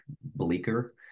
bleaker